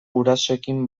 gurasoekin